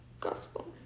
gospel